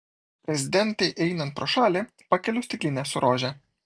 prezidentei einant pro šalį pakeliu stiklinę su rože